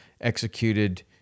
executed